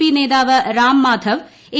P നേതാവ് Ram Madhav A